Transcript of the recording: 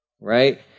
right